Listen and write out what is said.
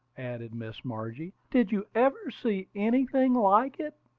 added miss margie. did you ever see anything like it?